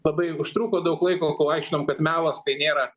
labai užtruko daug laiko kol aiškinom kad melas tai nėra